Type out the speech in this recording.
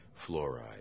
fluoride